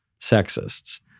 sexists